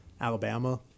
Alabama